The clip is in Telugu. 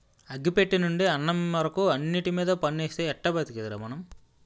అగ్గి పెట్టెనుండి అన్నం వరకు అన్నిటిమీద పన్నేస్తే ఎట్టా బతికేదిరా మనం?